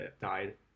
died